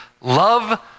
love